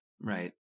Right